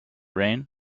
rain